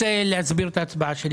אני רוצה להסביר את ההצבעה שלי.